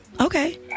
Okay